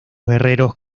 guerreros